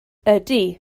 ydy